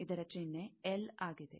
ಇದರ ಚಿಹ್ನೆ ಎಲ್ ಆಗಿದೆ